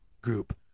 group